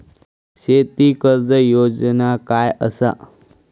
शेती कर्ज योजना काय असा?